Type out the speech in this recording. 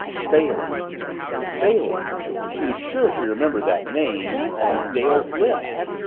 bailey bailey she was sure she remembered that name on dale's lips.